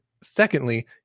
secondly